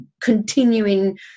continuing